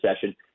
session –